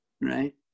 right